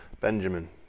Benjamin